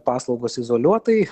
paslaugos izoliuotai